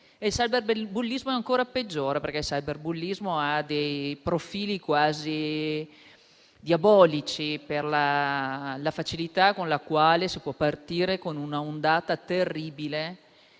Il cyberbullismo è ancora peggiore, perché presenta dei profili quasi diabolici per la facilità con la quale può partire un'ondata terribile